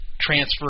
transfer